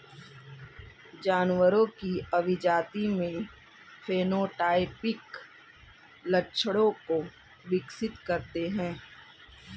जानवरों की अभिजाती में फेनोटाइपिक लक्षणों को विकसित करते हैं